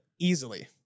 Easily